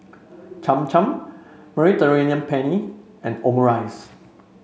Cham Cham Mediterranean Penne and Omurice